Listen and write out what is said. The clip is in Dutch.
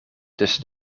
tussen